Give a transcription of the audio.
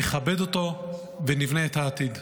נכבד אותו ונבנה את העתיד.